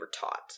taught